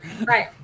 Right